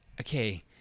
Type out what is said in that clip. okay